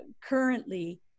currently